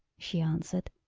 she answered.